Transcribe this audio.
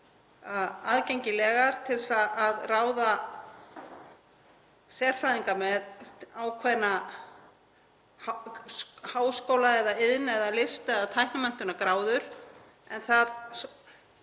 aðgengilegar, til að ráða sérfræðinga með ákveðna háskóla-, iðn-, list- eða tæknimenntunargráður en